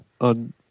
on